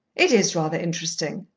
it is rather interesting,